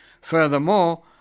Furthermore